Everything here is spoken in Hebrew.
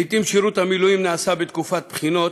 לעתים שירות המילואים נעשה בתקופת בחינות,